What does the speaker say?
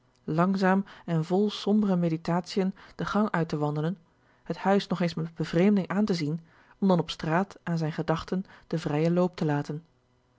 langzaam en vol sombere meditatiën den gang uit te wandelen he huis nog eens met bevreemding aan te zien om dan op straat aan zijne gedachten den vrijen loop te laten